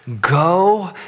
go